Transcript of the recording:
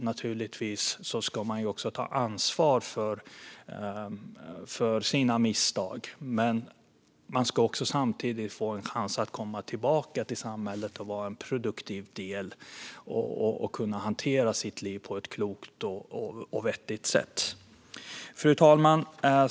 Naturligtvis ska man ta ansvar för sina misstag, men man ska också få en chans att komma tillbaka till samhället och vara en produktiv del och kunna hantera sitt liv på ett klokt och vettigt sätt. Fru talman!